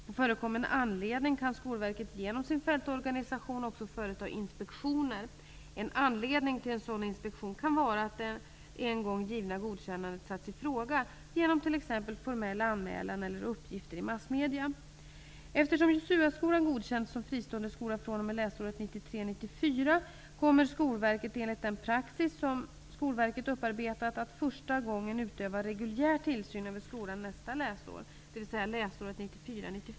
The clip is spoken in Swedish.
På förekommen anledning kan Skolverket genom sin fältorganisation också företa inspektioner. En anledning till en sådan inspektion kan vara att det en gång givna godkännandet satts i fråga genom t.ex. formell anmälan eller uppgifter i massmedia. Eftersom Joshua-skolan godkänts som fristående skola fr.o.m. läsåret 1993 95.